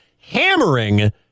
hammering